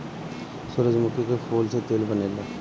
सूरजमुखी के फूल से तेल बनेला